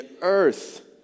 earth